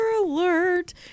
alert